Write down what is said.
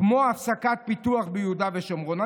כמו הפסקת פיתוח ביהודה ושומרון.